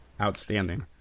Outstanding